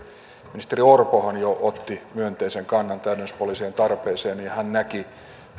ministeri orpohan jo otti myönteisen kannan täydennyspoliisien tarpeeseen ja ja hän näki